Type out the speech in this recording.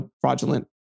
fraudulent